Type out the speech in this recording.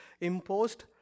imposed